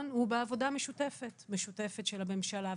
היא בעבודה משותפת משותפת של הממשלה,